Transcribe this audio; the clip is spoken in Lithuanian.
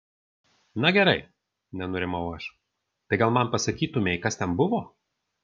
na gerai nenurimau aš tai gal man pasakytumei kas ten buvo